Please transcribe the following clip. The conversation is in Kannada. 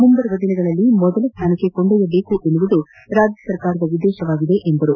ಮುಂಬರುವ ದಿನಗಳಲ್ಲಿ ಮೊದಲ ಸ್ವಾನಕ್ಷ ಕೊಂಡೊಯ್ಯಬೇಕು ಎನ್ನುವುದು ಸರ್ಕಾರದ ಉದ್ದೇಶವಾಗಿದೆ ಎಂದರು